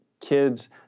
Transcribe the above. kids